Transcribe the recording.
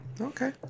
Okay